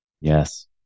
Yes